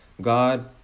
God